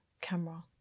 camera